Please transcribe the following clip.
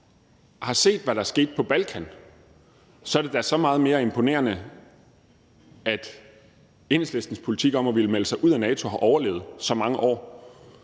har set, hvad der skete på Balkan, så er det da så meget mere imponerende, at Enhedslistens politik om at ville melde sig ud af NATO har overlevet så mange år.